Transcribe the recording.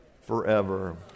forever